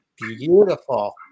beautiful